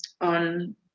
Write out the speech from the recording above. on